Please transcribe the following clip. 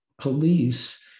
police